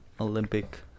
Olympic